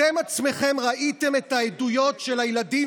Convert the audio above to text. אתם עצמכם ראיתם את העדויות של הילדים